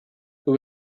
who